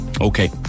Okay